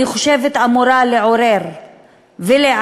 אני חושבת, אמורות לעורר ולהעיר,